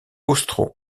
austro